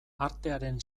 artearen